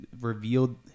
revealed